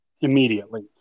immediately